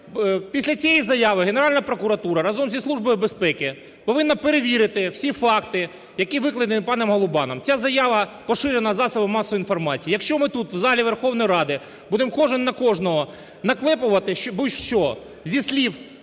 Після цієї заяви Генеральна прокуратура разом зі Службою безпеки повинна перевірити всі факти, які викладені паном Голубаном. Ця заява поширена засобами масової інформації. Якщо ми тут, в залі Верховної Ради будемо кожен на кожного наклепувати будь-що зі слів